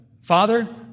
Father